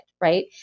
right